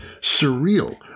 surreal